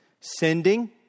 sending